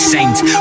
Saints